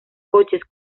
coches